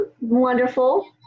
wonderful